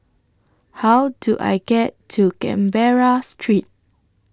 How Do I get to Canberra Street